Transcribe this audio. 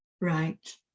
right